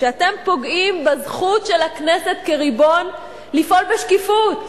כשאתם פוגעים בזכות של הכנסת כריבון לפעול בשקיפות,